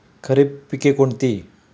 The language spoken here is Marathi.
खरीप पिके कोणती?